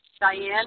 Diane